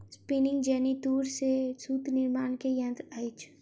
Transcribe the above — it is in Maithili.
स्पिनिंग जेनी तूर से सूत निर्माण के यंत्र अछि